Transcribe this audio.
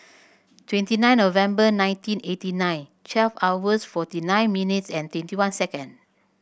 twenty nine November nineteen eighty nine twelve hours forty nine minutes and twenty one second